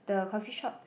the coffee shop